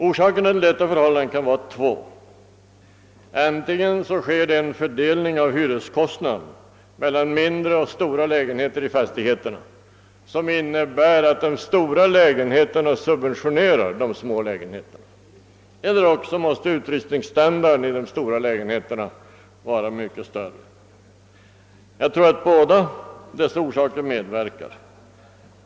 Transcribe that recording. Orsakerna kan vara två: antingen sker det en fördelning av hyreskostnaden mellan mindre och större lägenheter i fastigheterna, som innebär att de större lägenheterna subventionerar de mindre lägenheterna, eller också måste utrustningsstandarden i de stora lägenheterna vara mycket högre. Jag tror att båda dessa orsaker inverkar.